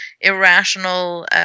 irrational